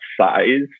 size